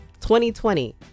2020